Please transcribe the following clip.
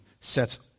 sets